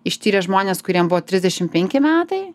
ištyrė žmones kuriem buvo trisdešim penki metai